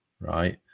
right